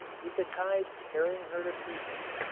with the tide tearing her to pieces,